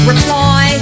Reply